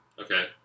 Okay